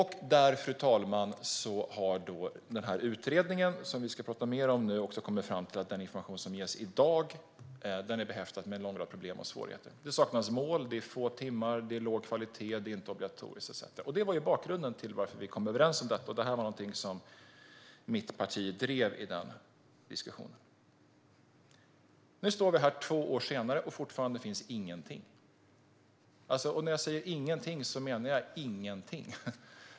Här, fru talman, har utredningen som vi ska tala mer om nu kommit fram till att den information som ges i dag är behäftad med en lång rad problem och svårigheter. Det saknas mål, det är få timmar, det är låg kvalitet, det är inte obligatoriskt etcetera. Det var bakgrunden till att vi kom överens om detta, och det var någonting som mitt parti drev i den diskussionen. Nu står vi här, två år senare, och fortfarande finns ingenting - och när jag säger ingenting menar jag ingenting.